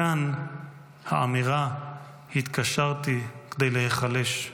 מכאן האמירה "התקשרתי כדי להיחלש".